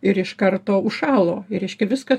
ir iš karto užšalo ir reiškia viską